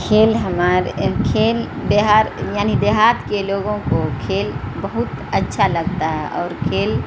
کھیل ہمارے کھیل بہار یعنی دیہات کے لوگوں کو کھیل بہت اچھا لگتا ہے اور کھیل